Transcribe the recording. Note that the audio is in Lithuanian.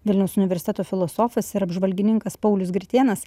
vilniaus universiteto filosofas ir apžvalgininkas paulius gritėnas